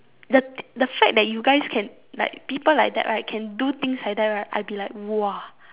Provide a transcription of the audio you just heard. the the fact that you guys can like people like that right can do things like that right I be like !wah!